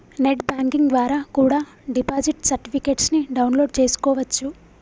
net banking ద్వారా కూడా deposit certificates ని డౌన్ లోడ్ చేస్కోవచ్చు